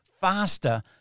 faster